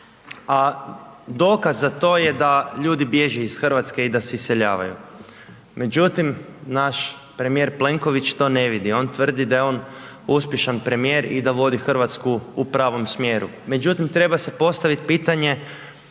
a dokaz za to je da ljudi bježe iz Hrvatske i da se iseljavaju. Međutim, naš premijer Plenković to ne vidi, on tvrdi da je on uspješan premijer i da vodi Hrvatsku u pravom smjeru. Međutim, treba se postaviti pitanje